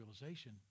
realization